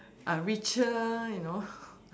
uh richer you know